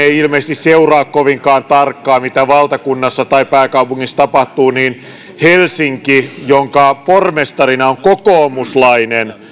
ei ilmeisesti seuraa kovinkaan tarkkaan mitä valtakunnassa tai pääkaupungissa tapahtuu että helsinki jonka pormestarina on kokoomuslainen